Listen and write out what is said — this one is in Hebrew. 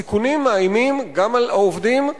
הסיכונים מאיימים גם על העובדים,